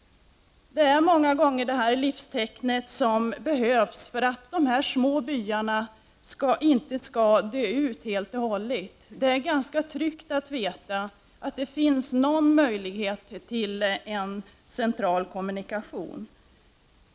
Det är många gånger det livstecken som behövs för att de små byarna inte skall dö ut helt och hållet. Det är ganska tryggt att veta att det finns någon möjlighet till central kommunikation.